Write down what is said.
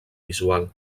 visual